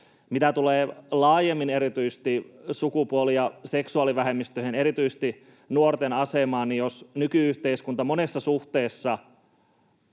Mitä tulee laajemmin erityisesti sukupuoli- ja seksuaalivähemmistöihin, erityisesti nuorten asemaan, niin jos nyky-yhteiskunta monessa suhteessa